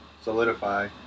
solidify